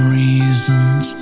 reasons